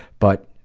but